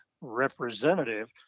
representative